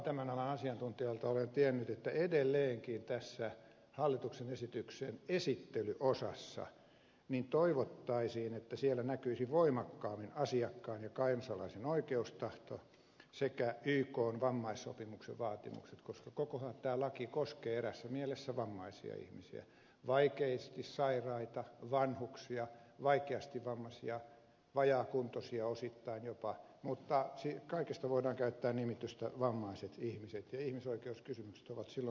tämän alan asiantuntijoilta olen kuullut että edelleenkin toivottaisiin että tässä hallituksen esityksen esittelyosassa näkyisivät voimakkaammin asiakkaan ja kansalaisen oikeustahto sekä ykn vammaissopimuksen vaatimukset koska koko tämä lakihan koskee eräässä mielessä vammaisia ihmisiä vaikeasti sairaita vanhuksia vaikeasti vammaisia vajaakuntoisia osittain jopa mutta kaikista voidaan käyttää nimitystä vammaiset ihmiset ja ihmisoikeuskysymykset ovat silloin heitä hyvin lähellä